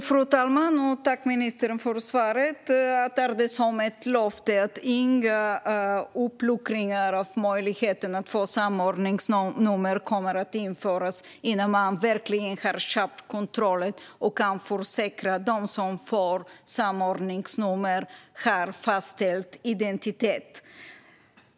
Fru talman! Jag tackar ministern för svaret. Jag tar det som ett löfte om att inga uppluckringar kommer att ske gällande möjligheten att få samordningsnummer innan man verkligen har skärpt kontrollen och kan försäkra att de som får samordningsnummer har fastställd identitet.